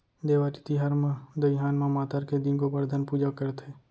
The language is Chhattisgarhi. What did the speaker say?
देवारी तिहार म दइहान म मातर के दिन गोबरधन पूजा करथे